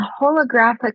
holographic